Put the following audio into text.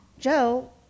Joe